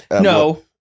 no